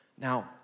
Now